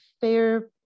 fair